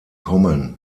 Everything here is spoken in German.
kommen